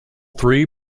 three